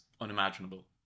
unimaginable